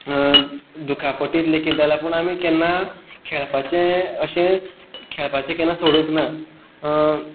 दुखापटीक लेगीत लागून आमी केन्ना खेळपाचें अशें खेळपाचें केन्ना सोडूंक ना